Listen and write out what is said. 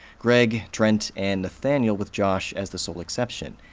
greg, trent, and nathaniel, with josh as the sole exception.